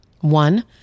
One